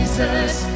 Jesus